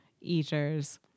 eaters